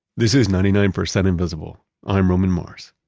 this is ninety nine percent invisible. i'm roman mars